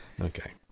Okay